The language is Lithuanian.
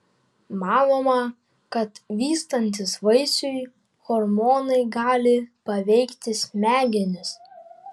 manoma kad vystantis vaisiui hormonai gali paveikti smegenis